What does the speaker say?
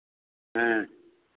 हाँ